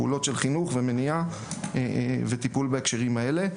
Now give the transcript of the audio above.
פעולות של חינוך ומניעה וטיפול בהקשרים האלה.